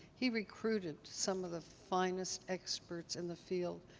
he recruited some of the finest experts in the field,